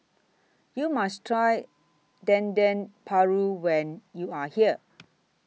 YOU must Try Dendeng Paru when YOU Are here